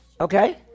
okay